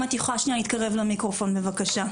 אם את יכולה להתקרב למיקרופון בבקשה.